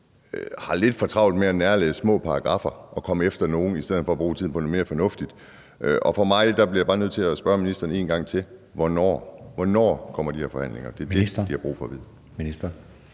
har lidt for travlt med at nærlæse små paragraffer og komme efter nogen i stedet for at bruge tiden på noget mere fornuftigt. Jeg bliver bare nødt til at spørge ministeren en gang til: Hvornår – hvornår – kommer de her forhandlinger? Det er det, de har brug for at vide.